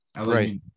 Right